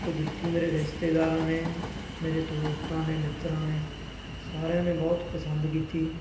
ਉਹ ਜੁੱਤੀ ਮੇਰੇ ਰਿਸ਼ਤੇਦਾਰਾਂ ਨੇ ਮੇਰੇ ਦੋਸਤਾਂ ਨੇ ਮਿੱਤਰਾਂ ਨੇ ਸਾਰਿਆਂ ਨੇ ਬਹੁਤ ਪਸੰਦ ਕੀਤੀ